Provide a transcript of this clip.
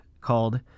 called